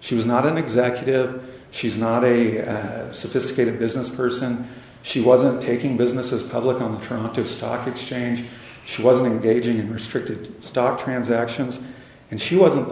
she was not an executive she's not a sophisticated business person she wasn't taking businesses public on trying to stock exchange she wasn't gauging restricted stock transactions and she wasn't